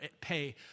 pay